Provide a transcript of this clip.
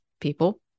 people